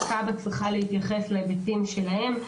וגם כב"ה צריכים להתייחס להיבטים שלהם.